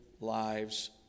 lives